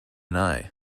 deny